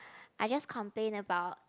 I just complain about